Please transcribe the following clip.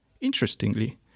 Interestingly